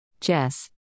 Jess